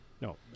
No